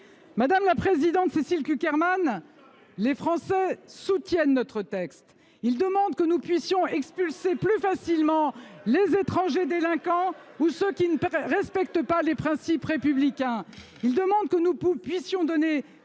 Madame la présidente Cécile Cukierman, les Français soutiennent notre texte. Ils demandent que nous puissions expulser plus facilement les étrangers délinquants et ceux qui ne respectent pas les principes républicains. Ils demandent que nous donnions plus